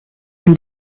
can